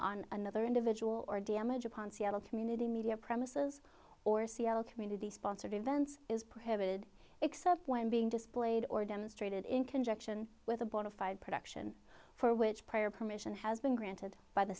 on another individual or damage upon seattle community media premises or seattle community sponsored events is prohibited except when being displayed or demonstrated in conjunction with a bonafide production for which prior permission has been granted by the